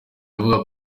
avuga